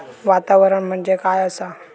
वातावरण म्हणजे काय आसा?